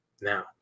now